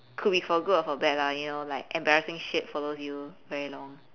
could be for good or for bad lah you know like embarrassing shit follows you very long